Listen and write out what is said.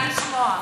אני שמחה לשמוע.